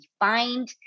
defined